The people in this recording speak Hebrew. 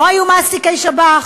לא היו מעסיקי שב"ח?